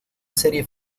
serie